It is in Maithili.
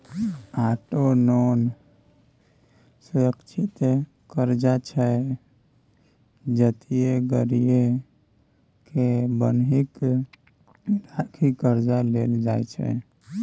आटो लोन सुरक्षित करजा छै जतय गाड़ीए केँ बन्हकी राखि करजा लेल जाइ छै